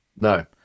No